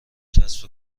کسب